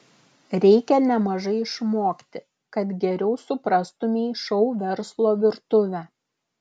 reikia nemažai išmokti kad geriau suprastumei šou verslo virtuvę